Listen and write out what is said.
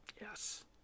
yes